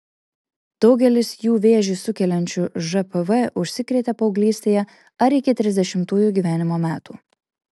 daugelis jų vėžį sukeliančiu žpv užsikrėtė paauglystėje ar iki trisdešimtųjų gyvenimo metų